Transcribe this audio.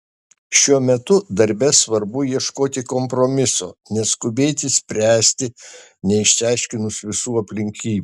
šiuo metu darbe svarbu ieškoti kompromiso neskubėti spręsti neišsiaiškinus visų aplinkybių